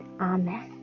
Amen